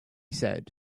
said